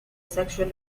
sexual